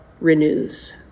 renews